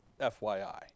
FYI